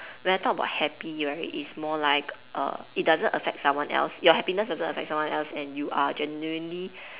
when I talk about happy right it's more like err it doesn't affect someone else your happiness doesn't affect someone else and you are genuinely